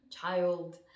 child